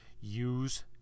use